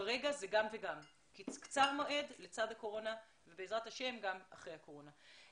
כרגע זה גם וגם כי זה קצר מועד לצד הקורונה ובעזרת השם גם אחרי הקורונה.